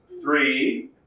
three